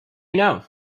know